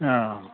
अ